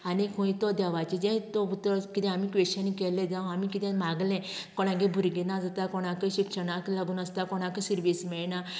आनी खंय तो देवाचें जें तो उतर कितें आमी क्वेशन केलें जावं आमी किचें मागलें कोणागेर भुरगें ना जाता कोणाकय शिक्षणाक लागून आसता कोणाकय शिर्विस मेळना